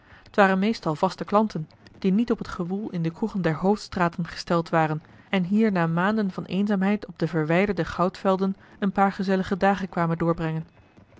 t waren meestal vaste klanten die niet op het gewoel in de kroegen der hoofdstraten gesteld waren en hier na maanden van eenzaamheid op de verwijderde goudvelden een paar gezellige dagen kwamen doorbrengen